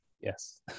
Yes